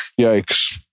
Yikes